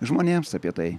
žmonėms apie tai